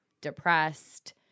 depressed –